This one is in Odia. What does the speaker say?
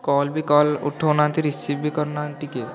କଲ୍ ବି କଲ୍ ଉଠଉନାହାନ୍ତି ରିସିଭ୍ ବି କରୁନାହାନ୍ତି ଟିକିଏ